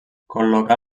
col·locar